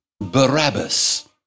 Barabbas